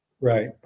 Right